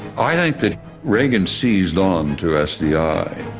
i think that reagan seized onto s d i.